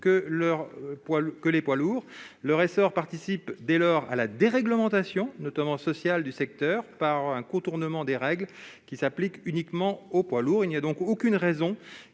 que les poids lourds ». Leur essor participe dès lors à la déréglementation, notamment sociale, du secteur par contournement des règles qui s'appliquent uniquement aux poids lourds. Il n'y a aucune raison